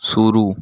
शुरू